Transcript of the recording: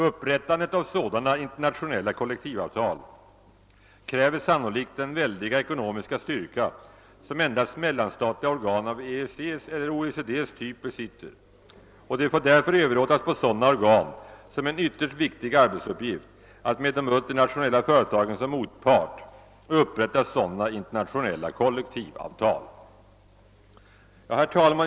Upprättandet av sådana internationella kollektivavtal kräver sannolikt den väldiga ekonomiska styrka som endast mellanstatliga organ av EEC:s eller OECD:s typ besitter, och det får därför överlåtas på sådana organ som en ytterst viktig arbetsuppgift att med de multinationella företagen som motpart upprätta sådana internationella kollektivavtal.